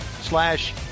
slash